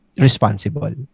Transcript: responsible